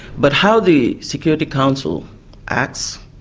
but how the security council acts,